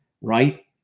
right